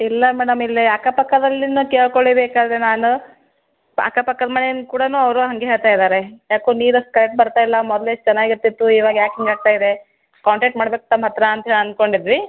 ಇಲ್ಲ ಮೇಡಮ್ ಇಲ್ಲಿ ಅಕ್ಕ ಪಕ್ಕದಲ್ಲಿನು ಕೇಳಿಕೊಳ್ಳಿ ಬೇಕಾದರೆ ನಾನು ಅಕ್ಕ ಪಕ್ಕದ ಮನೇನ ಕೂಡ ಅವರು ಹಾಗೆ ಹೇಳ್ತಾ ಇದ್ದಾರೆ ಯಾಕೋ ನೀರು ಅಷ್ಟು ಕರೆಕ್ಟ್ ಬರ್ತಾ ಇಲ್ಲ ಮೊದ್ಲು ಎಷ್ಟು ಚೆನ್ನಾಗಿರ್ತಿತ್ತು ಇವಾಗ ಯಾಕೆ ಹಿಂಗೆ ಆಗ್ತಾ ಇದೆ ಕಾಂಟಾಕ್ಟ್ ಮಾಡ್ಬೇಕು ತಮ್ಮ ಹತ್ರ ಅಂತ ಹೇಳಿ ಅನ್ಕೊಂಡಿದ್ವಿ